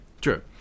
true